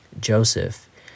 Joseph